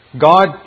God